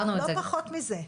לא פחות מזה.